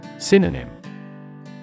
Synonym